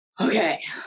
okay